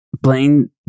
Blaine